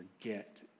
forget